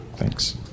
Thanks